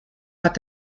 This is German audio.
hat